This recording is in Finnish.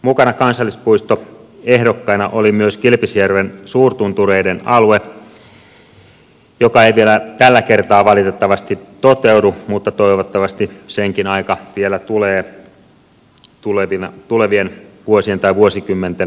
mukana kansallispuistoehdokkaina oli myös kilpisjärven suurtuntureiden alue joka ei vielä tällä kertaa valitettavasti toteudu mutta toivottavasti senkin aika vielä tulee tulevien vuosien tai vuosikymmenten aikana